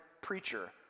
preacher